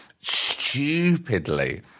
stupidly